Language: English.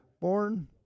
born